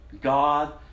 God